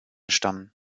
stammen